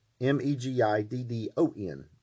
M-E-G-I-D-D-O-N